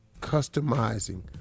customizing